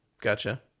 Gotcha